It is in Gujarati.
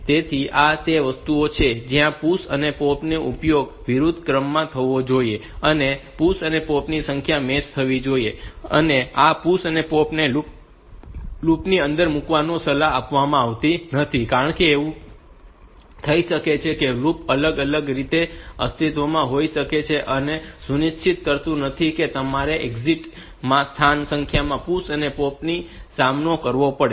તેથી આ તે વસ્તુઓ છે કે જ્યાં PUSH POP નો ઉપયોગ વિરુદ્ધ ક્રમમાં થવો જોઈએ અને PUSH અને POP ની સંખ્યા મેચ થવી જોઈએ અને આ PUSH અને POP ને લૂપ ની અંદર મૂકવાની સલાહ આપવામાં આવતી નથી કારણ કે એવું થઈ શકે છે કે લૂપ અલગ અલગ રીતે અસ્તિત્વમાં હોઈ શકે અને તે સુનિશ્ચિત કરી શકાતું નથી કે તમામ એક્ઝિટ માં સમાન સંખ્યામાં PUSH અને POP નો સામનો કરવો પડે